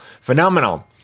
Phenomenal